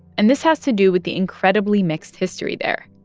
and this has to do with the incredibly mixed history there.